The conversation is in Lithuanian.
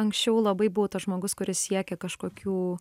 anksčiau labai buvau tas žmogus kuris siekė kažkokių